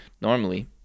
normally